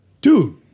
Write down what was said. dude